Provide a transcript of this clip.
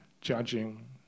judging